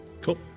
Cool